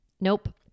Nope